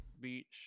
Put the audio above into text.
Beach